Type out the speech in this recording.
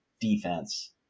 defense